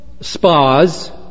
spas